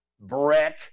Brick